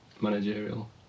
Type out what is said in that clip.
managerial